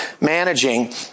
managing